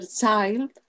child